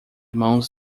mãos